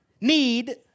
need